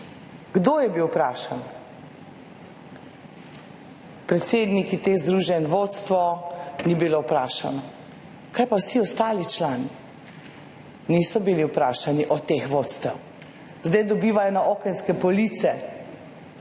kdo je bil vprašan? Predsedniki teh združenj, vodstvo ni bilo vprašano. Kaj pa vsi ostali člani? Niso bili vprašani od teh vodstev. Zdaj dobivajo na okenske police